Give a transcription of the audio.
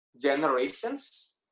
generations